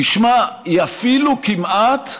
תשמע, היא אפילו כמעט,